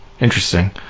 Interesting